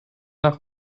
nach